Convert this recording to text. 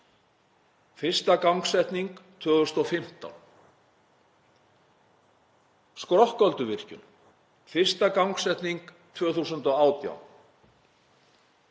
fyrsta gangsetning 2015. Skrokkölduvirkjun, fyrsta gangsetning 2018.